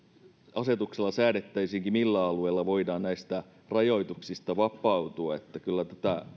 asetuksella säädettäisiinkin millä alueilla voidaan näistä rajoituksista vapautua kyllä